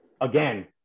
again